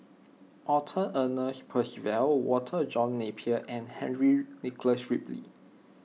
Arthur Ernest Percival Walter John Napier and Henry Nicholas Ridley